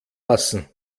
lassen